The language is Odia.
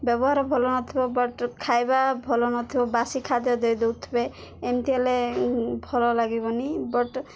ବ୍ୟବହାର ଭଲ ନଥିବ ବଟ୍ ଖାଇବା ଭଲ ନଥିବ ବାସି ଖାଦ୍ୟ ଦେଇଦଉଥିବେ ଏମିତି ହେଲେ ଭଲ ଲାଗିବନି ବଟ୍